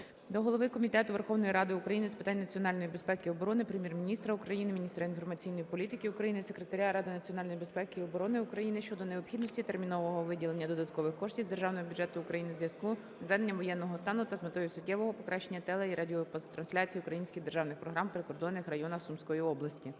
до голови Комітету Верховної Ради України з питань національної безпеки і оборони, Прем'єр-міністра України, міністра інформаційної політики України, Секретаря Ради національної безпеки і оборони України щодо необхідності термінового виділення додаткових коштів з Державного бюджету України у зв'язку з введенням воєнного стану та з метою суттєвого покращення теле- і радіотрансляцій українських державних програм в прикордонних районах Сумської області.